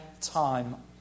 time